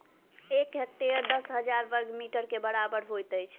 एक हेक्टेयर दस हजार बर्ग मीटर के बराबर होइत अछि